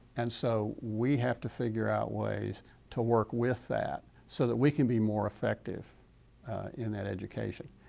and so we have to figure out ways to work with that, so that we can be more effective in that education.